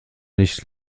nicht